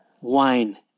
wine